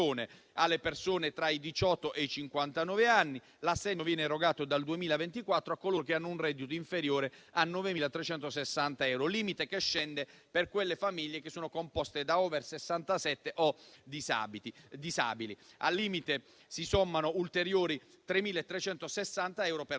delle persone tra i diciotto e i cinquantanove anni; l'assegno viene erogato dal 2024 a coloro che hanno un reddito inferiore a 9.360 euro, limite che scende per quelle famiglie che sono composte da *over* 67 o disabili. Al limite, si sommano ulteriori 3.360 euro per